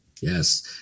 Yes